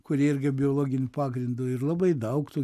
kurie irgi biologiniu pagrindu ir labai daug tų